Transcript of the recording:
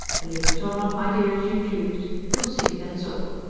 believe it or not, my dear, as you choose. you'll see that's all.